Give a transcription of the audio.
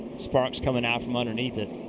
sparks coming out from underneath it.